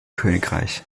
königreich